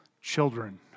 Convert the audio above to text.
children